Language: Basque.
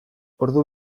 ordu